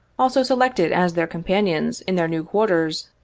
also selected as their companions, in their new quarters,